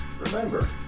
Remember